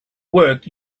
worked